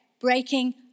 breaking